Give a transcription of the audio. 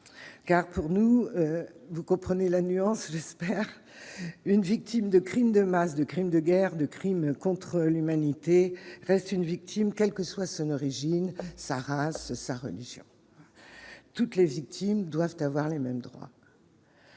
car pour nous, vous comprenez la nuance, j'espère, une victime de Crime de masse de crimes de guerre, de crimes contre l'humanité reste une victime, quel que soit, Régine, sa race, sa religion, toutes les victimes doivent avoir les mêmes droits.